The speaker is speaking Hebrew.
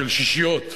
של שישיות,